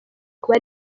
kuba